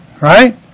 right